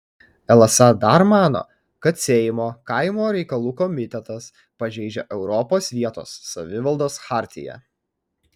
lsa dar mano kad seimo kaimo reikalų komitetas pažeidžia europos vietos savivaldos chartiją